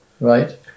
right